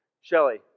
Shelly